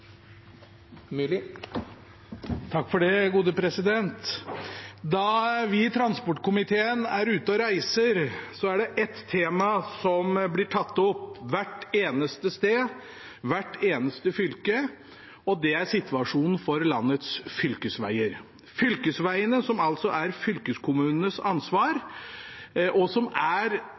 ute og reiser, er det ett tema som blir tatt opp – hvert eneste sted, hvert eneste fylke, og det er situasjonen for landets fylkesveier – fylkesveiene som er fylkeskommunenes ansvar, og som er